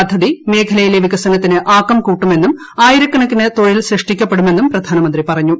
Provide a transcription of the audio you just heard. പദ്ധതി മേഖലയിലെ വികസനത്തിന് ആക്കം കൂട്ടുമെന്നും ആയിരക്കണക്കിന് തൊഴിൽ സൃഷ്ടിക്കപ്പെടുമെന്നും പ്രധാനമന്ത്രി പറഞ്ഞു